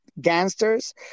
gangsters